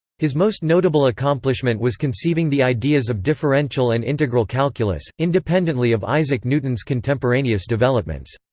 his most notable accomplishment was conceiving the ideas of differential and integral calculus, independently of isaac newton's contemporaneous developments.